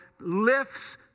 lifts